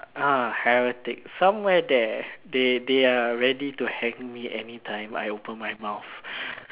ah heretic somewhere there they they are ready to hang me anytime I open my mouth